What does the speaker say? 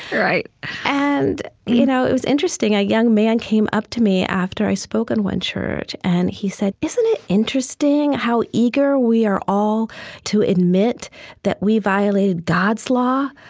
and you know it was interesting. a young man came up to me after i spoke in one church and he said, isn't it interesting how eager we are all to admit that we violated god's law,